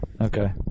Okay